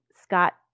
Scott